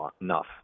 enough